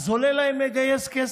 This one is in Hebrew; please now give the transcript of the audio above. אז עולה להם לגייס כסף.